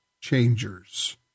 changers